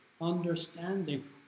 understanding